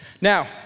Now